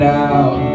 out